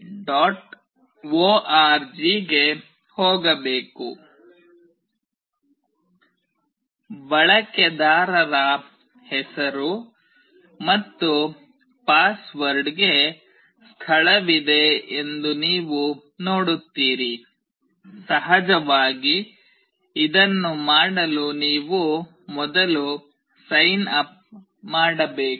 org ಗೆ ಹೋಗಬೇಕು ಬಳಕೆದಾರರ ಹೆಸರು ಮತ್ತು ಪಾಸ್ವರ್ಡ್ಗೆ ಸ್ಥಳವಿದೆ ಎಂದು ನೀವು ನೋಡುತ್ತೀರಿ ಸಹಜವಾಗಿ ಇದನ್ನು ಮಾಡಲು ನೀವು ಮೊದಲು ಸೈನ್ ಅಪ್ ಮಾಡಬೇಕು